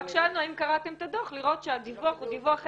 רק שאלנו האם קראתם את הדוח לראות שהדיווח הוא דיווח אמת,